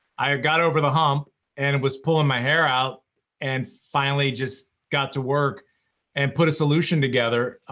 i've got over the hump and was pulling my hair out and finally just got to work and put a solution together.